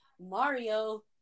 Mario